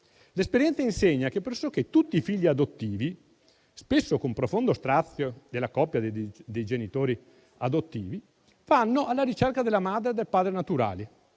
L'esperienza insegna che pressoché tutti i figli adottivi, spesso con profondo strazio della coppia dei genitori adottivi, vanno alla ricerca della madre e del padre naturali;